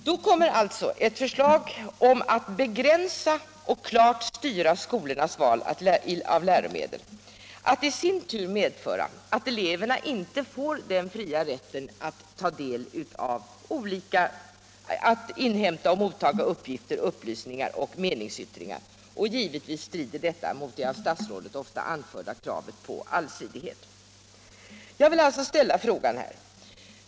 Då kommer ett förslag att begränsa och klart styra skolornas val av läromedel som i sin tur medför att eleverna inte får den fria rätten att inhämta och mottaga uppgifter, upplysningar och meningsyttringar, och givetvis strider detta mot de av statsrådet anförda kravet på allsidighet.